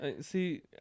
See